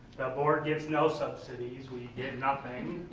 board gets no subsidies, we get nothing.